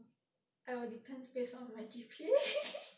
I will depends based on my G_P_A